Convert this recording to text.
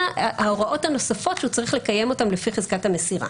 ההוראות הנוספות שהוא צריך לקיים אותן לפי חזקת המסירה.